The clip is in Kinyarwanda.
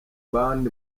band